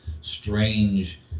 strange